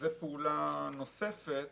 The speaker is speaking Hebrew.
זו פעולה נוספת